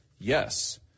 yes